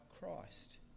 Christ